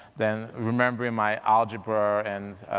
then remembering my algebra and